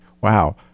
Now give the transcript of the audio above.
wow